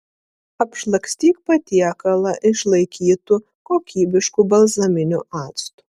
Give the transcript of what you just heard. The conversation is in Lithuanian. apšlakstyk patiekalą išlaikytu kokybišku balzaminiu actu